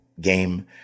game